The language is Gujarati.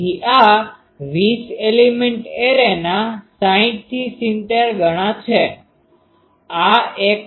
તેથી આ 20 એલિમેન્ટ એરેના 60થી 70 ગણા છે